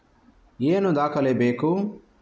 ಏನು ದಾಖಲೆ ಬೇಕು?